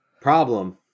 problem